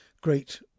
great